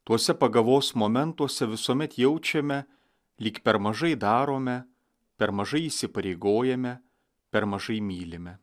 tuose pagavos momentuose visuomet jaučiame lyg per mažai darome per mažai įsipareigojame per mažai mylime